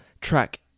track